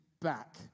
back